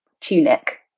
tunic